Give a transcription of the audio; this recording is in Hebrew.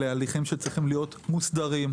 אלה הליכים שצריכים להיות מסודרים,